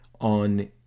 on